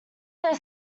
their